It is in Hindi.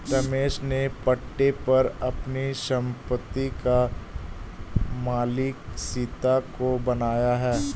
रमेश ने पट्टे पर अपनी संपत्ति का मालिक सीता को बनाया है